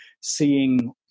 seeing